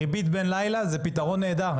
ריבית ללילה זה פתרון נהדר,